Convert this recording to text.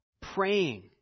praying